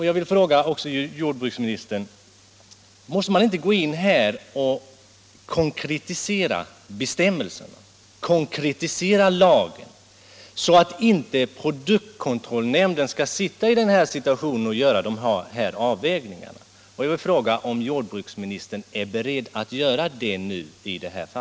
Jag vill också fråga jordbruksministern om man inte borde konkretisera lagen så att produktkontrollnämnden skulle slippa att göra dessa avvägningar. Jag vill fråga om jordbruksministern är beredd att göra detta.